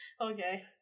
Okay